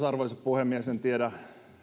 arvoisa puhemies en tiedä